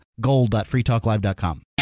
gold.freetalklive.com